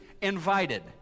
invited